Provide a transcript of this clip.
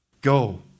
Go